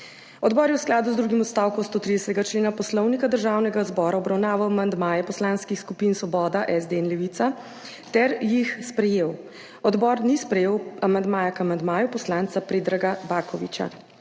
Odbor je v skladu z drugim odstavkom 130. člena Poslovnika Državnega zbora obravnaval amandmaje poslanskih skupin Svoboda, SD in Levica ter jih sprejel. Odbor ni sprejel amandmaja k amandmaju poslanca Predraga Bakovića.